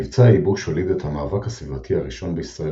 מבצע הייבוש הוליד את המאבק הסביבתי הראשון בישראל